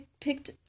picked